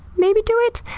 maybe do it?